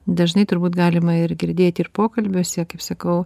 dažnai turbūt galima ir girdėti ir pokalbiuose kaip sakau